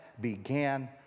began